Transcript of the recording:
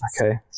okay